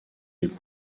les